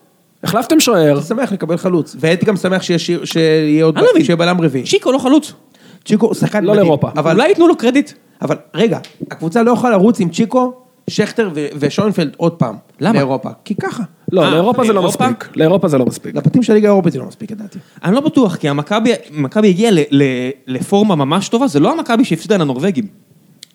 החלפתם שוער. הייתי שמח לקבל חלוץ. והייתי גם שמח שיהיה בלם רביעי. אני לא מבין צ'יקו לא חלוץ. צ'יקו הוא שחקן מדהים. לא לאירופה. אולי ייתנו לו קרדיט, אבל רגע, הקבוצה לא יכולה לרוץ עם צ'יקו, שכטר ושולנפלד עוד פעם. למה? לאירופה, כי ככה. לא, לאירופה זה לא מספיק. לאירופה זה לא מספיק. לבתים של ליגה אירופית זה לא מספיק, את דעתי. אני לא בטוח כי המכבי הגיע לפורמה ממש טובה, זה לא המכבי שהפסיד על הנורווגים.